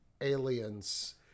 aliens